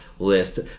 List